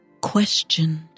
questioned